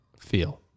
feel